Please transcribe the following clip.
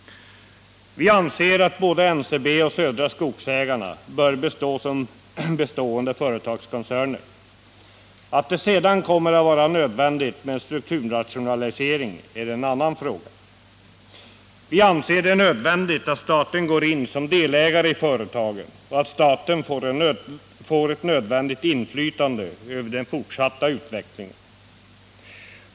Vi anser att både NCB och Södra Skogsägarna bör bestå som företagskoncerner. Att det sedan kommer att vara nödvändigt med en strukturrationalisering är en annan fråga. Vi anser det vara nödvändigt att staten går in som delägare i företagen och att staten också får ett nödvändigt inflytande över deras fortsatta utveckling.